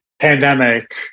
pandemic